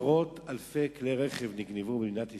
שעשרות-אלפי כלי רכב נגנבו במדינת ישראל.